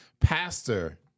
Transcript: Pastor